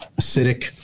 acidic